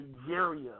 Nigeria